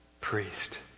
priest